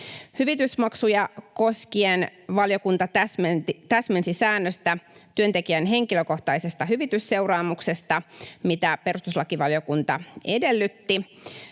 Hyvitysmaksuja koskien valiokunta täsmensi säännöstä työntekijän henkilökohtaisesta hyvitysseuraamuksesta, mitä perustuslakivaliokunta edellytti.